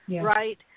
right